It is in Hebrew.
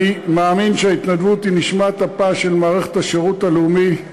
אני מאמין שההתנדבות היא נשמת אפה של מערכת השירות הלאומי,